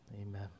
Amen